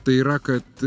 tai yra kad